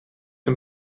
een